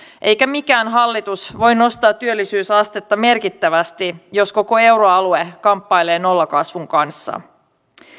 eikä mikään hallitus voi nostaa työllisyysastetta merkittävästi jos koko euroalue kamppailee nollakasvun kanssa